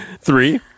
Three